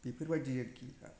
बेफोरबायदि आरोखि